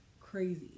Crazy